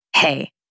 Hey